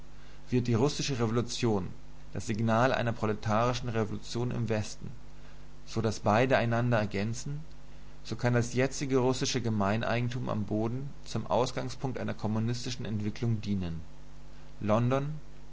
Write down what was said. wird die russische revolution das signal einer proletarischen revolution im westen so daß beide einander ergänzen so kann das jetzige russische gemeineigentum am boden zum ausgangspunkt einer kommunistischen entwicklung dienen london